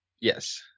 Yes